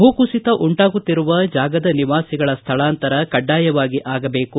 ಭೂಕುಸಿತ ಉಂಟಾಗುತ್ತಿರುವ ಜಾಗದ ನಿವಾಸಿಗಳ ಸ್ಥಳಾಂತರ ಕಡ್ಡಾಯವಾಗಿ ಆಗಬೇಕು